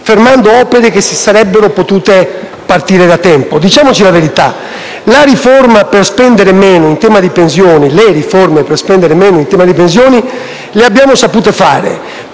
fermando opere che sarebbero potute partire da tempo? Diciamoci la verità. Le riforme per spendere meno in tema di pensioni le abbiamo sapute fare;